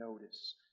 notice